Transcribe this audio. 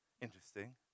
Interesting